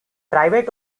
private